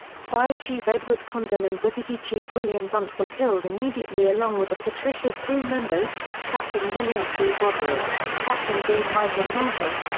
fire chief edward condon and deputy chief william brunt were killed immediately along with the patricia's crew members captain william t. broderick, captain g. michael maltus,